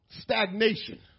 stagnation